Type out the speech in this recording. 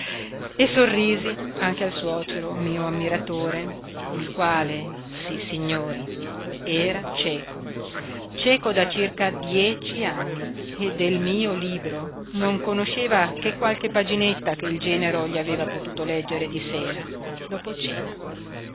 e sorrisi anche al suocero mio ammiratore il quale sissignori era cieco cieco da circa dieci anni e del mio libro non conosceva che qualche paginetta che il genero gli aveva potuto leggere di sera dopo cena